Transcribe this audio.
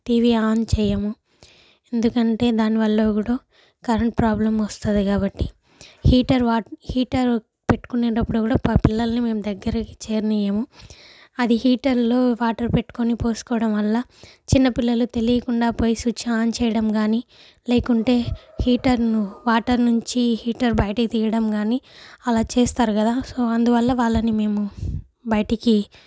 TV on చేయము ఎందుకంటే దాని వల్ల కూడా కరెంట్ ప్రాబ్లం వస్తుంది కాబట్టి హీటర్ వాటర్ హీటర్ పెట్టుకునేటప్పుడు కూడా పిల్లల్ని మేము దగ్గరికి చేరనియ్యము అది హీటర్లో వాటర్ పెట్టుకొని పోసుకోవడం వల్ల చిన్న పిల్లలు తెలియకుండా పోయి స్విచ్ ఆన్ చేయడం కానీ లేకుంటే హీటర్ను వాటర్ నుంచి హీటర్ బయటకి తీయడం కానీ అలా చేస్తారు కదా సో అందువల్ల వాళ్ళని మేము బయటికి